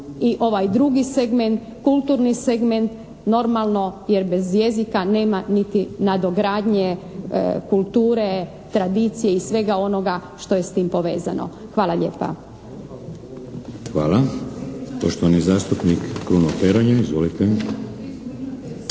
i ovaj drugi segment, kulturni segment, normalno jer bez jezika nema niti nadogradnje kulture, tradicije i svega onoga što je s tim povezano. Hvala lijepa. **Šeks, Vladimir (HDZ)** Hvala. Poštovani zastupnik Kruno Peronja, izvolite.